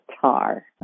Tar